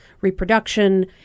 reproduction